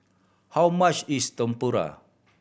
how much is Tempura